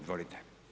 Izvolite.